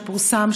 שפורסם,